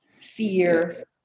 fear